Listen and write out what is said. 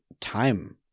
time